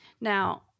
Now